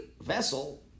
vessel